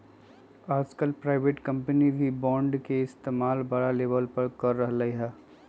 आजकल private company भी bond के इस्तेमाल बड़ा लेवल पर कर रहले है